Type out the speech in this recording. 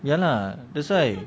ya lah that's why